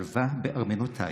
שלוה בארמנותיך.